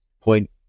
point